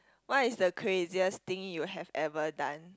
what is the craziest thing you have ever done